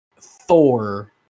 Thor